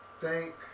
thank